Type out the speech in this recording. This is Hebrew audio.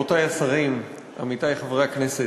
השרים, עמיתי חברי הכנסת,